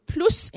Plus